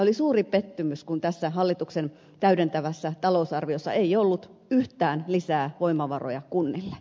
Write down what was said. oli suuri pettymys kun tässä hallituksen täydentävässä talousarviossa ei ollut yhtään lisää voimavaroja kunnille